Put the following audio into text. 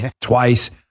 twice